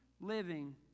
living